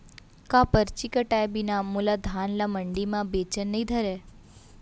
का परची कटाय बिना मोला धान ल मंडी म बेचन नई धरय?